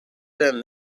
than